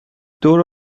دور